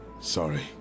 Sorry